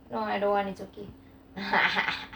no I don't want it's okay